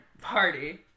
party